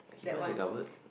he punched that cupboard